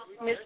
Miss